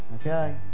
Okay